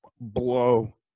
blow